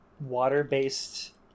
water-based